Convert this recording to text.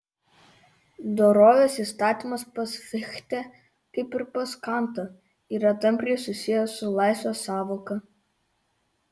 dorovės įstatymas pas fichtę kaip ir pas kantą yra tampriai susijęs su laisvės sąvoka